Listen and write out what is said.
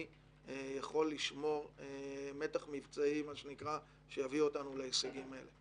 יכול לשמור מתח מבצעי שיביא אותנו להישגים אלה.